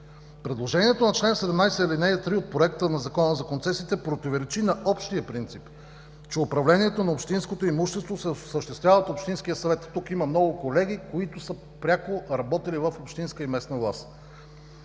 Предложението на чл. 17, ал. 3 от Законопроекта за концесиите противоречи на общия принцип – че управлението на общинското имущество се осъществява от общинския съвет. Тук има много колеги, които пряко са работили в общинска и местна власт.